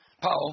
Paul